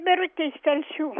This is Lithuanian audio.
birutė iš telšių